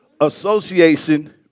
Association